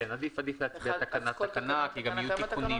כן, עדיף להצביע תקנה-תקנה כי גם יהיו תיקונים.